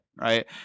right